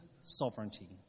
Sovereignty